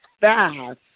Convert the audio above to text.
fast